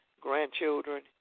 grandchildren